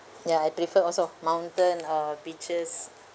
ya I prefer also mountain or beaches